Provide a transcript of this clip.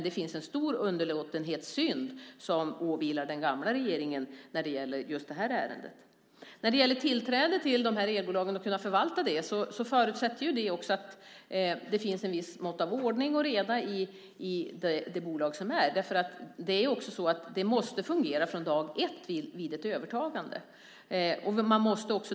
Det finns dock en stor underlåtenhetssynd som åvilar den tidigare regeringen när det gäller just det här fallet. Tillträdet till dessa elbolag och möjligheten att kunna förvalta dem förutsätter att det finns ett visst mått av ordning och reda i bolagen, eftersom ett övertagande måste fungera redan från dag 1.